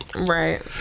right